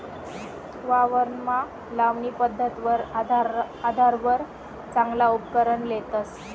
वावरमा लावणी पध्दतवर आधारवर चांगला उपकरण लेतस